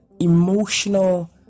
emotional